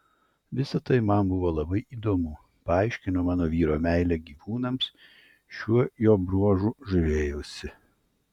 visa tai man buvo labai įdomu paaiškino mano vyro meilę gyvūnams šiuo jo bruožu žavėjausi